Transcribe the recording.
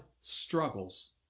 struggles